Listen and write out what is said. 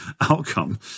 outcome